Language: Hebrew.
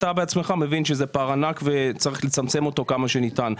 בעצמך מבין שזה פער ענק וצריך לצמצם אותו ככל הניתן,